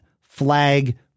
flag